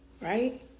right